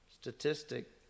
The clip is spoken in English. statistic